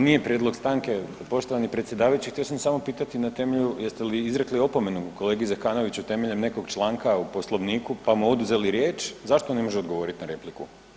Nije prijedlog stanke poštovani predsjedavajući, htio sam samo pitati, na temelju, jeste li izrekli opomenu kolegi Zekanoviću temeljem nekog članka u Poslovniku pa mu oduzeli riječ, zašto ne može odgovoriti na repliku?